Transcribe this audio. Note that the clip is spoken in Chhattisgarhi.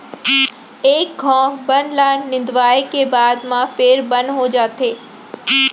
एक घौं बन ल निंदवाए के बाद म फेर बन हो जाथे